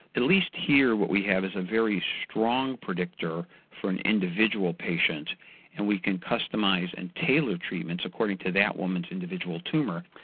at least here what we have is a very strong predictor for an individual patient and we can customise and tailor treatments according to that woman's individual tumour.